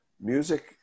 music